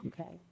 Okay